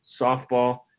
softball